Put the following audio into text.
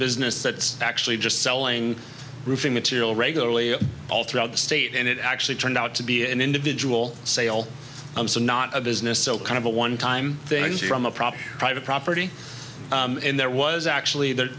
business that's actually just selling roofing material regularly all throughout the state and it actually turned out to be an individual sale i'm so not a business so kind of a one time things from a proper private property and there was actually there